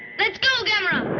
let's go, gamera.